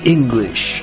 English